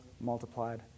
multiplied